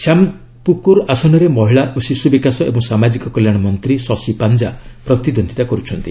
ଶ୍ୟାମପୁକୁର୍ ଆସନରେ ମହିଳା ଓ ଶିଶୁ ବିକାଶ ଏବଂ ସାମାଜିକ କଲ୍ୟାଣ ମନ୍ତ୍ରୀ ଶଶି ପାଞ୍ଜା ପ୍ରତିଦ୍ୱନ୍ଦିତା କରୁଛନ୍ତି